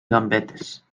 gambetes